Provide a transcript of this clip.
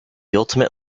ultimate